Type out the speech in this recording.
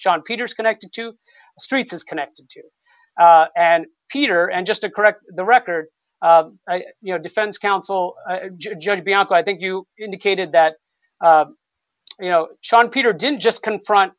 john peters connected to streets is connected to and peter and just to correct the record you know defense counsel judge bianca i think you indicated that you know sean peter didn't just confront